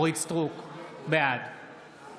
בעד